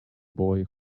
boy